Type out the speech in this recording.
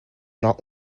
not